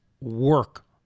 work